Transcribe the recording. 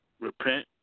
repent